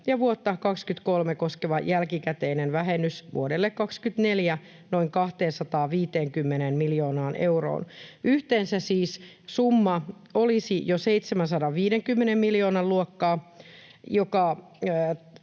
ja vuotta 23 koskeva jälkikäteinen vähennys vuodelle 24 noin 250 miljoonaan euroon. Yhteensä siis summa olisi jo 750 miljoonan luokkaa, joka